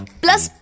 plus